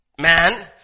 man